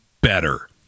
better